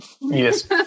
Yes